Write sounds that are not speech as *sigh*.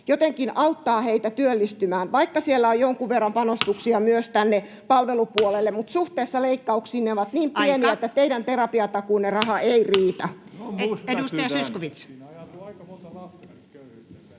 jotenkin auttaa heitä työllistymään? Vaikka siellä on jonkin verran panostuksia *noise* myös tänne palvelupuolelle, niin suhteessa leikkauksiin ne ovat niin pieniä, [Puhemies: Aika!] että teidän terapiatakuunne raha ei riitä. Edustaja Zyskowicz.